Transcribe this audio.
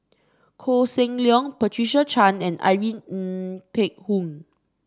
Koh Seng Leong Patricia Chan and Irene Ng Phek Hoong